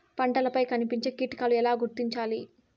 పంటలపై కనిపించే కీటకాలు ఎలా గుర్తించాలి?